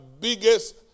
biggest